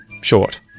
Short